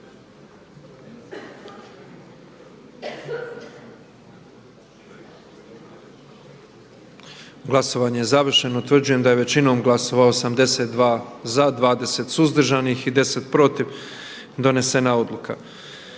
Glasovanje je završeno. Utvrđujem da je većinom glasova, 88 glasova za, 7 suzdržanih i 11 protiv donijeta odluka